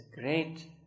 great